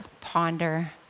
ponder